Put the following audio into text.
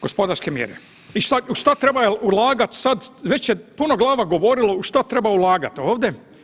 Gospodarske mjere i u šta treba ulagat sada, već je puno glava govorilo u šta treba ulagati ovdje.